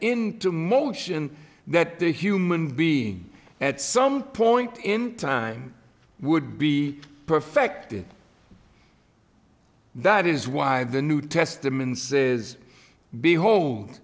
into motion that the human being at some point in time would be perfected that is why the new testament says behold